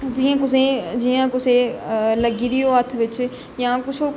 जियां कुसेगी जियां कुसै गी लग्गी दी होऐ हत्थ बिच जां कुछ